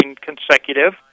consecutive